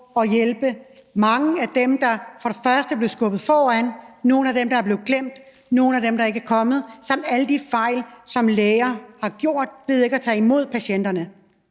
at hjælpe mange af dem, der er blevet skubbet frem, nogle af dem, der er blevet glemt, og nogle af dem, der ikke er kommet, samt kigge på alle de fejl, som læger har gjort ved ikke at tage imod patienterne.